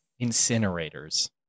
Incinerators